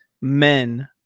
men